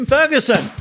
Ferguson